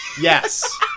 Yes